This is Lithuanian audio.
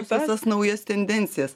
visas tas naujas tendencijas